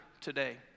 today